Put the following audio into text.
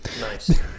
Nice